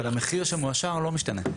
אבל המחיר שמאושר לא משתנה.